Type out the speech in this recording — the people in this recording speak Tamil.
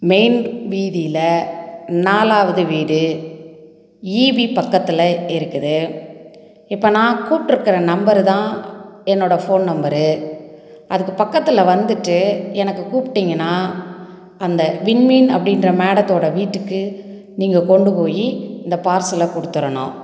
மெயின் வீதியில் நாலாவது வீடு ஈபி பக்கத்தில் இருக்குது இப்போ நான் கூப்பிட்டுருக்குற நம்பர் தான் என்னோட ஃபோன் நம்பர் அதுக்கு பக்கத்தில் வந்துவிட்டு எனக்கு கூப்பிட்டிங்கன்னா அந்த விண்மீன் அப்படின்ற மேடத்தோட வீட்டுக்கு நீங்கள் கொண்டு போய் இந்த பார்சலை குடுத்துடணும்